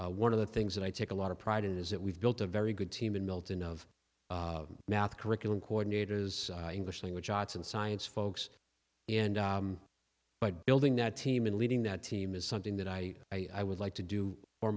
that one of the things that i take a lot of pride in is that we've built a very good team in milton of math curriculum coordinators english language arts and science folks and by building that team and leading that team is something that i would like to do for